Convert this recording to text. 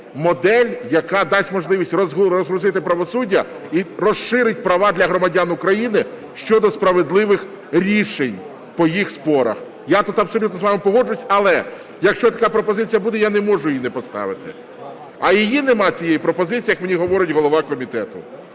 модель, яка дасть можливість розгрузити правосуддя і розширить права для громадян України щодо справедливих рішень по їх спорах. Я тут абсолютно з вами погоджуюся. Але якщо така пропозиція буде, я не можу її не поставити. А її немає цієї пропозиції, як мені говорить голова комітету.